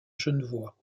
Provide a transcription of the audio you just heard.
genevois